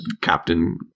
Captain